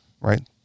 right